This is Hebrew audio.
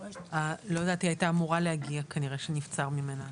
כנראה שהייתה אמורה להגיע כנראה שנבצר ממנה.